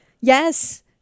Yes